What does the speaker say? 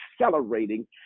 accelerating